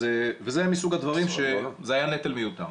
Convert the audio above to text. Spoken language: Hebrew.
זה מסוג הדברים שהיה נטל מיותר.